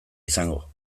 izango